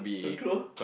control